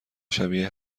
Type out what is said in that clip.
شبیه